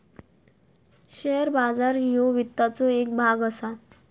share बाजार ह्यो वित्ताचो येक भाग असा